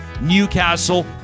Newcastle